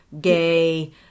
gay